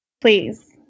Please